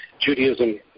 Judaism